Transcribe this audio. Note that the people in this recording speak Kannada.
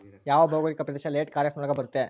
ಯಾವ ಭೌಗೋಳಿಕ ಪ್ರದೇಶ ಲೇಟ್ ಖಾರೇಫ್ ನೊಳಗ ಬರುತ್ತೆ?